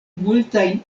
multajn